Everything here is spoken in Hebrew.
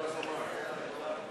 נתקבל.